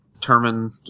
Determine